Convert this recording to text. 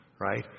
right